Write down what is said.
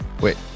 Wait